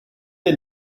had